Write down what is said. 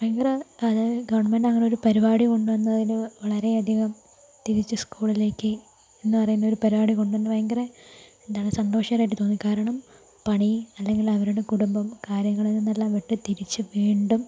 ഭയങ്കര അതായത് ഗവണ്മെൻറ്റ് അങ്ങനൊരു പരിപാടി കൊണ്ട് വന്നതില് വളരെയധികം തിരിച്ച് സ്കൂളിലേക്ക് എന്ന് പറയുന്ന ഒരു പരിപാടി കൊണ്ട് വന്നത് ഭയങ്കര എന്താണ് സന്തോഷകരായിട്ട് തോന്നി കാരണം പണി അല്ലങ്കിൽ അവരുടെ കുടുംബം കാര്യങ്ങളിൽ നിന്നെല്ലാം വെട്ടി തിരിച്ച് വീണ്ടും